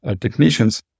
technicians